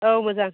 औ मोजां